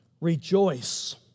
Rejoice